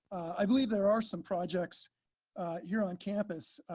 i believe there are some projects here on campus